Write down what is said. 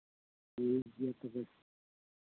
ᱴᱷᱤᱠᱜᱮᱭᱟ ᱛᱚᱵᱮ